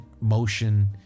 motion